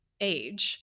age